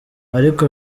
ariko